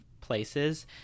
places